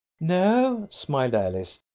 no, smiled alice,